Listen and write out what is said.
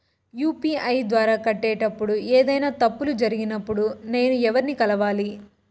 UPI ద్వారా కట్టేటప్పుడు ఏదైనా తప్పులు జరిగినప్పుడు నేను ఎవర్ని కలవాలి?